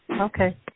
Okay